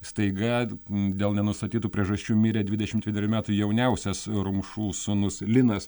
staiga dėl nenustatytų priežasčių mirė dvidešimt vienerių metų jauniausias rumšų sūnus linas